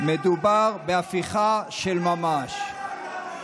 מדובר בהפיכה של ממש.